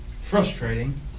frustrating